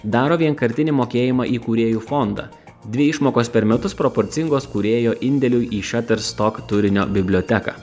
daro vienkartinį mokėjimą į kūrėjų fondą dvi išmokos per metus proporcingos kūrėjo indėliui į shutterstock turinio biblioteką